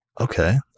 Okay